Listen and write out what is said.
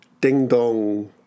ding-dong